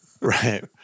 Right